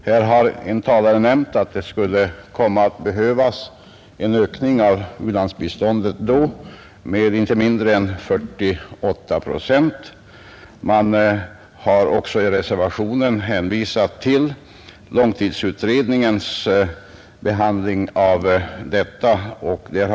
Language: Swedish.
Här har en talare nämnt att det skulle behövas en ökning av u-landsbiståndet då med inte mindre än 48 procent. Man har också i reservationen hänvisat till långtidsutredningens behandling av detta.